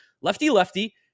lefty-lefty